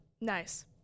nice